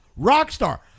Rockstar